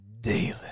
daily